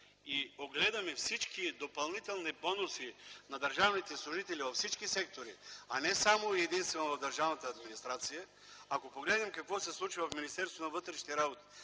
и огледаме всички допълнителни бонуси на държавните служители във всички сектори, а не само и единствено на служителите в държавната администрация, ако погледнем какво се случва в Министерството на вътрешните работи,